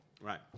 Right